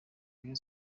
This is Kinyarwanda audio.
rayon